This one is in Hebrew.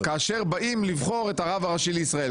כאשר באים לבחור את הרב הראשי לישראל,